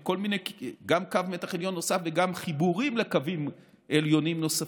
גם קו מתח עליון נוסף וגם חיבורים לקווים עליונים נוספים,